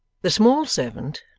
the small servant,